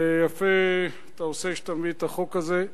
ויפה אתה עושה שאתה מביא את החוק הזה.